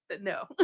no